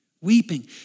weeping